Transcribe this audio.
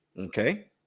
Okay